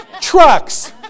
trucks